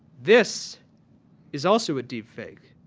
this is also a deep fake.